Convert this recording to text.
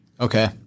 Okay